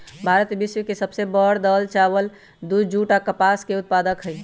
भारत विश्व के सब से बड़ दाल, चावल, दूध, जुट आ कपास के उत्पादक हई